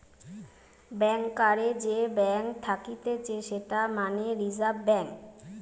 ব্যাংকারের যে ব্যাঙ্ক থাকতিছে সেটা মানে রিজার্ভ ব্যাঙ্ক